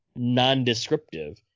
nondescriptive